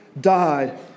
died